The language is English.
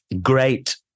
great